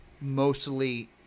mostly